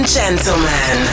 gentlemen